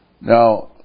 Now